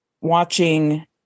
watching